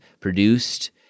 produced